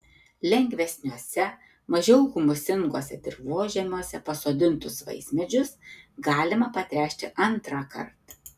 lengvesniuose mažiau humusinguose dirvožemiuose pasodintus vaismedžius galima patręšti antrąkart